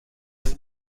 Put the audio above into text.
های